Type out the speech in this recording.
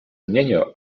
мнению